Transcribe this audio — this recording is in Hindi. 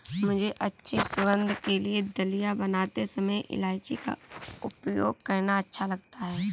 मुझे अच्छी सुगंध के लिए दलिया बनाते समय इलायची का उपयोग करना अच्छा लगता है